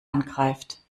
angreift